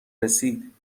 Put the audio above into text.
رسید